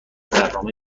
برنامه